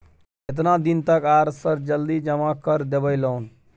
केतना दिन तक आर सर जल्दी जमा कर देबै लोन?